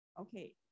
okay